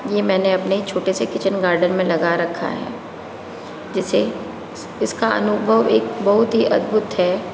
ये मैंने अपने छोटे से किचन गार्डन में लगा रखा है जैसे इसका अनुभव एक बहुत ही अद्भुत है